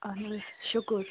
اَہَن حظ شُکُر